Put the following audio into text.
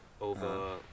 over